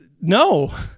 no